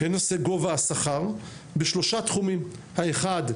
הן בנושא גובה השכר בשלושה תחומים: האחד,